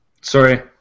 Sorry